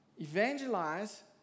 evangelize